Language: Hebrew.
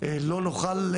לא נוכל,